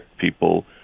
people